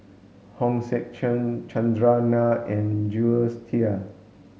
Hong Sek Chern Chandran Nair and Jules Itier